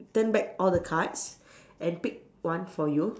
turn back all the cards and pick one for you